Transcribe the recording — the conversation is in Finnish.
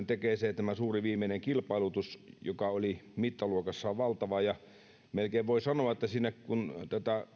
tekee ajankohtaiseksi tämä suuri viimeinen kilpailutus joka oli mittaluokassaan valtava melkein voi sanoa että kun